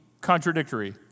contradictory